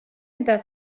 eta